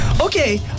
Okay